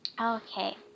Okay